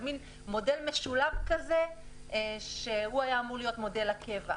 זה מין מודל משולב שהיה אמור להיות מודל הקבע.